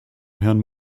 herrn